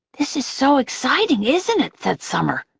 this is so exciting, isn't it? said summer.